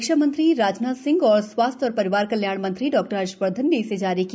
रक्षा मंत्री राजनाथ सिंह और स्वास्थ्य और परिवार कल्याण मंत्री डॉक्टर हर्षवर्धन ने इसे जारी किया